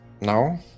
No